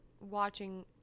watching